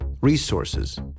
resources